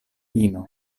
ino